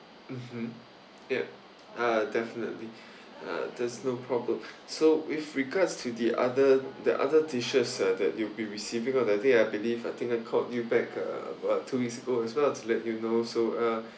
mmhmm ya uh definitely uh there's no problem so with regards to the other the other dishes uh that you'll be receiving on the day I believe I think I called you back uh about two weeks ago as well to let you know so uh